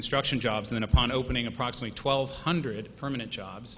construction jobs in upon opening approximately twelve hundred permanent jobs